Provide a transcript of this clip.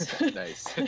nice